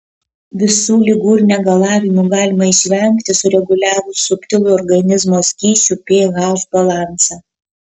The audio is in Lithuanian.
visų ligų ir negalavimų galima išvengti sureguliavus subtilų organizmo skysčių ph balansą